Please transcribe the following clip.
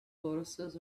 tortoises